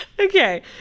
Okay